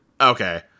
Okay